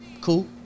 cool